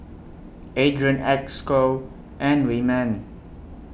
Adrian Esco and Wyman